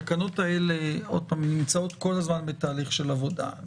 התקנות האלה נמצאות כל הזמן בתהליך של עבודה.